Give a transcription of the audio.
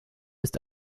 ist